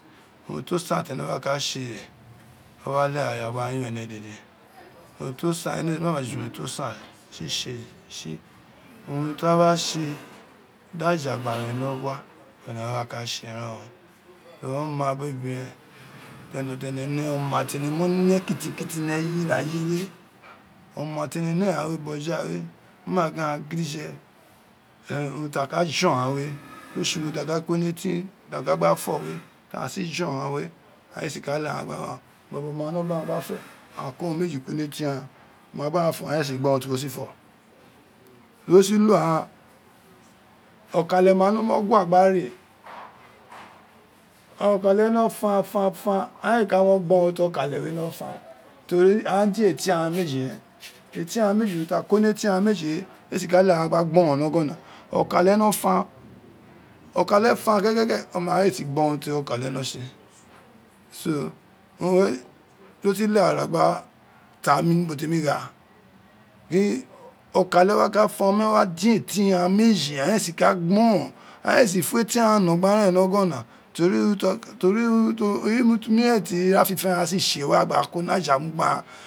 Unin ti san tené wa ka tse ren o wa leghe ara gba yon are dede ungn to san dene tsitse tsi urun ti a wa tse di aja gba ren ni ogwa. owun a wa ka tse ren o ten onua biri ebiren tene ne, oma tene mọ ne kiti kiti ni eye ira eyi we, ọma tene ne ghan bojai we mo ma gin aghan gidije urun ta jọn ghan we to tse urun ta ka ko ni etin, ta ka ba fio we tagha gi kom ghan we aghan ei si ka leghé bọtọ wo ma no gba fio aghan ko urun meji ko ni etin aghan mó ma bo ghan fo agha éé si gbo urun ti wo sin fọ di wo si lo aghan okale ma no fanfan fai ain ka nọ gbọ urun ti okale nọ. ten aghan din etin aghan meji ren etin agha meji wè urun ti a bo ni etin aghan meji wè éé si ka leghe a gha gba gbọrọn ni ọgọna okale nọ fan okale fan kékéké oma éé si gbo, urun ti okale no tse, so urun we do si leghe ara gba tami ni ubo temi gha gin okale mogba fa omeghan di etin agha meji aghan éé si ka gboron aghan éé si fun etin aghan nọ gba ren ni ogona teri urun eyi urun mi ren ti ira tifen aghan si tse gba iko ni aju gba mu. gbe agha.